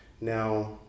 Now